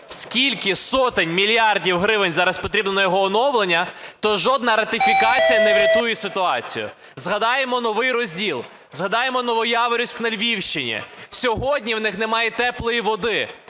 скільки сотень мільярдів гривень зараз потрібно на його оновлення, то жодна ратифікація не врятує ситуацію. Згадаємо Новий Розділ, згадаємо Новояворівськ на Львівщині: сьогодні в них немає теплої води.